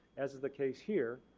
as is the case here,